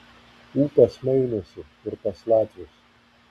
ūpas mainosi ir pas latvius